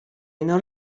اینها